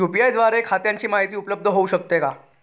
UPI द्वारे खात्याची माहिती उपलब्ध होऊ शकते का?